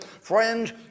Friends